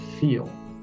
feel